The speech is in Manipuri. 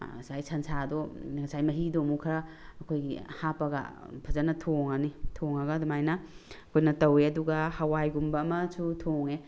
ꯉꯁꯥꯏꯒꯤ ꯁꯟꯁꯥꯗꯣ ꯉꯁꯥꯏꯒꯤ ꯃꯍꯤꯗꯣ ꯑꯃꯨꯛ ꯈꯔ ꯑꯩꯈꯣꯏꯒꯤ ꯍꯥꯞꯄꯒ ꯐꯖꯅ ꯊꯣꯡꯉꯅꯤ ꯊꯣꯡꯉꯒ ꯑꯗꯨꯃꯥꯏꯅ ꯑꯩꯈꯣꯏꯅ ꯇꯧꯋꯦ ꯑꯗꯨꯒ ꯍꯋꯥꯏꯒꯨꯝꯕ ꯑꯃꯁꯨ ꯊꯣꯡꯉꯦ